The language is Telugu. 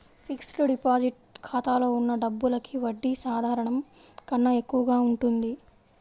ఫిక్స్డ్ డిపాజిట్ ఖాతాలో ఉన్న డబ్బులకి వడ్డీ సాధారణం కన్నా ఎక్కువగా ఉంటుంది